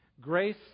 grace